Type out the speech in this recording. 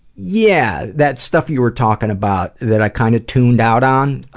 yeah that stuff you were talking about that i kind of tuned out on,